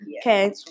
Okay